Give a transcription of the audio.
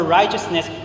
righteousness